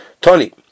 Tony